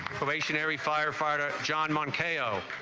stationary firefighter john munn ko